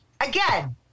Again